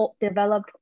develop